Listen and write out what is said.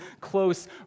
close